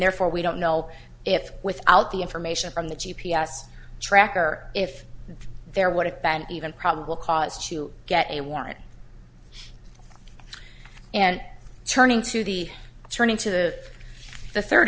therefore we don't know if without the information from the g p s tracker if there would have been even probable cause to get a warrant and turning to the turning to the third